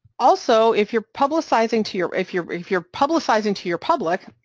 also, if you're publicizing to your if your if you're publicizing to your public,